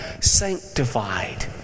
sanctified